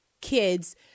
kids